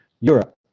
Europe